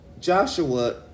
Joshua